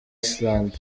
iceland